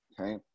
Okay